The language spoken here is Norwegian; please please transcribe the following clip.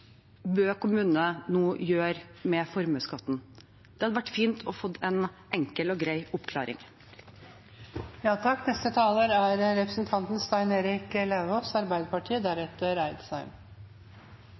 nå gjør med formuesskatten? Det hadde vært fint å få en enkel og grei